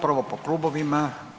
Prvo po klubovima.